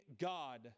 God